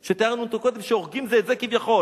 שתיארנו אותם קודם שהורגים זה את זה כביכול,